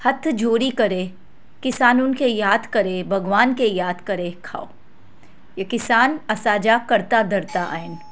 हथु जोड़ी करे किसाननि खे यादि करे भॻवान खे यादि करे खाओ इहे किसान असांजा कर्ता धर्ता आहिनि